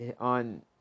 on